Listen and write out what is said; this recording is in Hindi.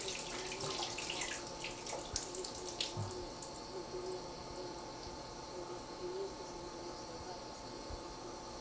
कोई भगवान कहता है जैसे विष्णु भगवान नदी में रहते हैं तो मछलियों की समझ लो सेवा इसमें है